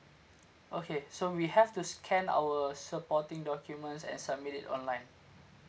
okay so we have to scan our supporting documents and submit it online